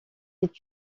est